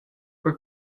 per